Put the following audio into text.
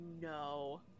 No